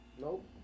Nope